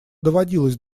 доводилось